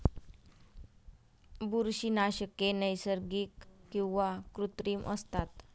बुरशीनाशके नैसर्गिक किंवा कृत्रिम असतात